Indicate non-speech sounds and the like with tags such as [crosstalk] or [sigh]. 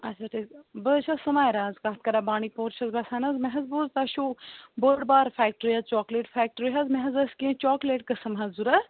اچھا [unintelligible] بہٕ حظ چھَس سُمیرا حظ کَتھ کران بانٛڈی پوٗر چھَس بَسان حظ مےٚ بوٗز تۄہہِ چھُو بٔڑ بارٕ فیکٹری حظ چاکلیٹ فیکٹری حظ مےٚ حظ ٲسۍ کیٚنہہ چاکلیٹ قسٕم حظ ضوٚرتھ